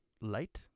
light